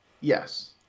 yes